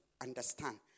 understand